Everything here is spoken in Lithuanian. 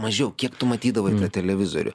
mažiau kiek tu matydavai tą televizorių